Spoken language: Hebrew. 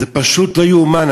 זה פשוט לא יאומן.